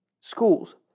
schools